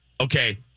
Okay